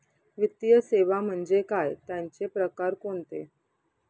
वित्तीय सेवा म्हणजे काय? त्यांचे प्रकार कोणते?